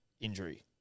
injury